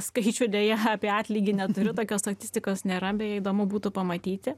skaičių deja apie atlygį neturiu tokios statistikos nėra beje įdomu būtų pamatyti